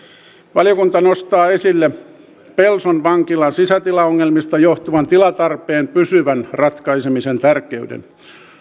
valiokunta nostaa esille pelson vankilan sisätilaongelmista johtuvan tilatarpeen pysyvän ratkaisemisen tärkeyden